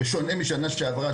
בשונה מהשנה שעברה,